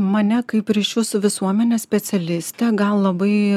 mane kaip ryšių su visuomene specialistę gal labai